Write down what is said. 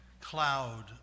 cloud